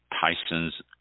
Tyson's